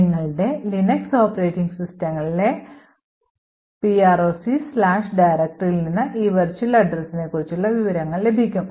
നിങ്ങളുടെ Linux operating സിസ്റ്റങ്ങളിലെ procdirectory യിൽ നിന്ന് ഈ വെർച്വൽ അഡ്രസ്സ് നെ കുറിച്ചുള്ള വിശദാംശങ്ങൾ ലഭിക്കും